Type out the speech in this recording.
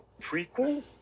prequel